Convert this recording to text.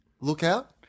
lookout